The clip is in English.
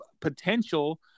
potential